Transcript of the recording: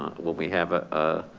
what we have ah ah